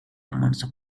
amounts